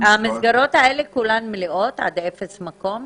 --- המסגרות האלה כולן מלאות עד אפס מקום?